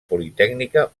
politècnica